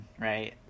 right